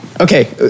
Okay